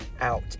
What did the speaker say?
out